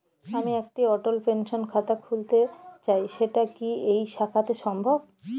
আমি একটি অটল পেনশন খাতা খুলতে চাই সেটা কি এই শাখাতে সম্ভব?